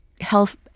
health